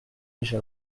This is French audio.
déjà